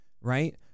right